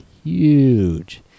Huge